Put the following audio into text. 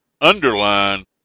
underline